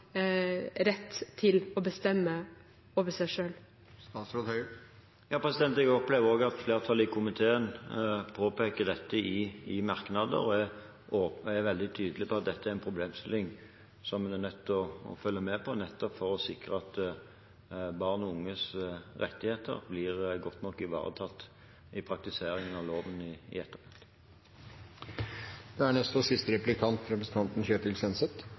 rett til å bestemme over seg selv. Jeg opplever at flertallet i komiteen påpeker dette i merknadene og er veldig tydelig på at dette er en problemstilling som vi er nødt til å følge med på, nettopp for å sikre at barn og unges rettigheter blir godt nok ivaretatt i praktiseringen av loven i etterkant. I høringen og